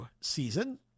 season